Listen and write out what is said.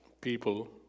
people